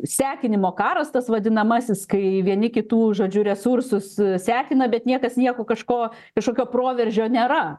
sekinimo karas tas vadinamasis kai vieni kitų žodžiu resursus sekina bet niekas nieko kažko kažkokio proveržio nėra